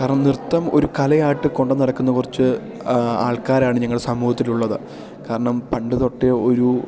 കാരണം നൃത്തം ഒരു കലയായിട്ട് കൊണ്ട് നടക്കുന്ന കുറച്ച് ആൾക്കാരാണ് ഞങ്ങൾ സമൂഹത്തിലുള്ളത് കാരണം പണ്ട് തൊട്ടേ ഒരു